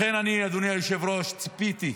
לכן, אדוני היושב-ראש, אני ציפיתי,